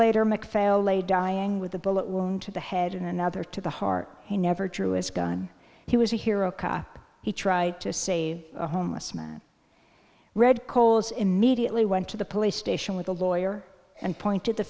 lay dying with a bullet wound to the head and another to the heart he never drew his gun he was a hero he tried to save a homeless man red coals immediately went to the police station with a lawyer and pointed the